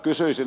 kysyisin